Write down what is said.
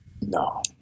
No